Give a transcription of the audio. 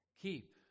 Keep